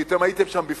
כי אתם הייתם שם בפנים,